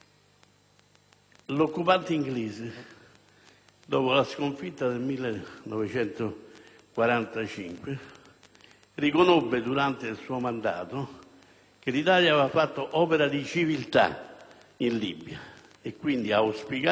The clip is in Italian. occupante inglese, dopo la sconfitta del 1945, riconobbe durante il suo mandato che l'Italia aveva fatto opera di civiltà in Libia e quindi auspicava -